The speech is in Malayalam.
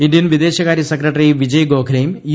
ഇന്ത്യൻ വിദേശകാര്യ സെക്രട്ടറി വിജയ് ഗോഖലെയും യു